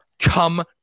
come